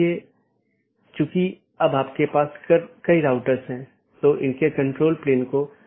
इसका मतलब है कि सभी BGP सक्षम डिवाइस जिन्हें BGP राउटर या BGP डिवाइस भी कहा जाता है एक मानक का पालन करते हैं जो पैकेट को रूट करने की अनुमति देता है